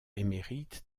émérite